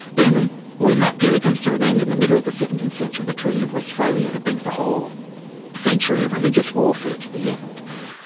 then when that period comes to an end in the middle of the seventeenth century, the treaty of westphalia that brings the whole century of religious warfare to the end,